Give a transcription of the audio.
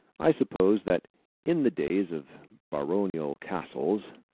i suppose, that in the days of baronial castles,